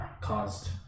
caused